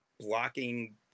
blocking